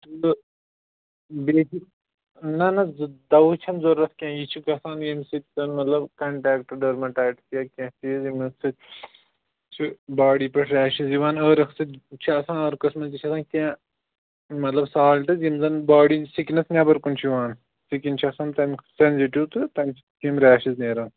نہَ بیٚیہِ ہیٚکِو نہَ نہَ زٕ دوہٕچ چھٚے نہَ ضروٗرت کِہیٖنٛۍ یہِ چھُ گژھان ییٚمہِ سۭتۍ زن مطلب کنٹیکٹ ڈرمیٹیٹس یا کیٚنٛہہ تہِ یمو سۭتۍ سُہ باڈۍ پیٚٹھ ریشٕس یا یوان ٲرٕکھ سۭتۍ چھےٚ آسان ٲرٕکھس منٛز تہِ چھِ آسان کیٚنٛہہ مطلب سالٹس یِم زن باڈۍ سِکنس نیٚبر کُن چھِ یِوان سِکٕن چھُ آسان تمیُک سنٛزِٹیو تہٕ تَمے چھِ یِم ریشٕس نیران